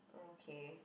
okay